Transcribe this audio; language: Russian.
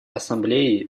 ассамблеей